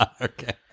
okay